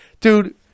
dude